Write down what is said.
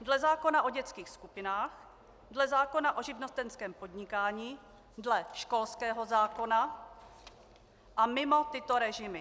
dle zákona o dětských skupinách, dle zákona o živnostenském podnikání, dle školského zákona a mimo tyto režimy.